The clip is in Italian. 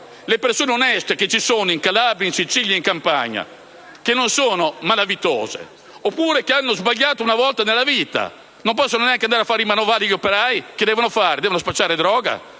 le persone oneste che ci sono in Calabria, in Sicilia e in Campania, che non sono malavitose o che hanno sbagliato una volta nella vita, non possono neanche andare a fare i manovali o gli operai? Che devono fare, devono spacciare droga?